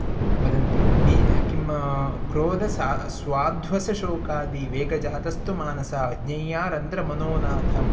वदन्ति नी किं क्रोदसा स्वाध्वसशोकादि वेगजातस्तु मानसा ज्ञेया रन्द्रमनोनाथम्